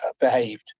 behaved